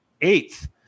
eighth